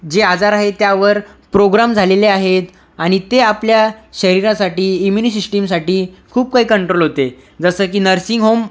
जे आजार आहेत त्यावर प्रोग्राम झालेले आहेत आणि ते आपल्या शरीरासाठी इम्युनी सिस्टिमसाठी खूप काही कंट्रोल होते जसं की नर्सिंग होम